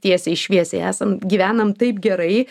tiesiai šviesiai esam gyvenam taip gerai